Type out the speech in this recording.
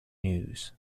news